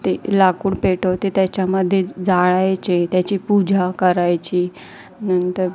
ते लाकूड पेटवतो त्याच्यामध्ये जाळायचे त्याची पूजा करायची नंतर